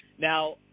Now